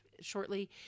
shortly